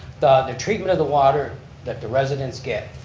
the treament of the water that the residents get,